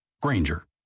Granger